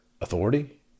authority